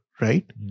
right